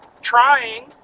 trying